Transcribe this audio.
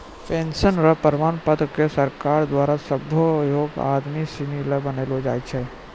pension र प्रमाण पत्र क सरकारो द्वारा सभ्भे योग्य आदमी सिनी ल बनैलो जाय छै